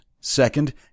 second